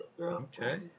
Okay